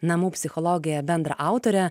namų psichologija bendraautore